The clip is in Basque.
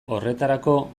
horretarako